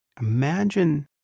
Imagine